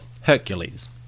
Hercules